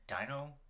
dino